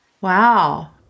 Wow